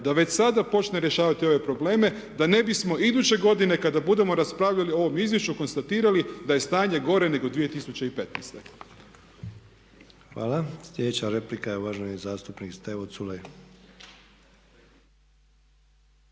da već sada počne rješavati ove probleme da ne bismo iduće godine kada budemo raspravljalo o ovom izvješću konstatirali da je stanje gore nego 2015. **Sanader, Ante (HDZ)** Hvala. Slijedeća replika je uvažen zastupnik Stevo Culej.